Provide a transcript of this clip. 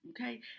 Okay